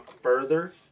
further